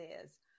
says